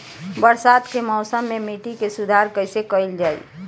बरसात के मौसम में मिट्टी के सुधार कइसे कइल जाई?